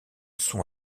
son